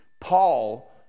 Paul